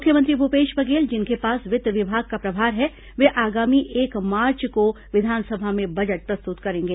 मुख्यमंत्री भूपेश बघेल जिनके पास वित्त विभाग का भी प्रभार है वे आगामी एक मार्च को विधानसभा में बजट प्रस्तुत करेंगे